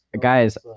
guys